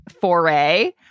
foray